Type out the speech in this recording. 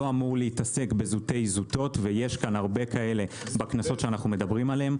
אמור להתעסק בזוטי זוטות ויש הרבה כאלה בקנסות שאנחנו מדברים עליהם.